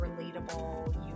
relatable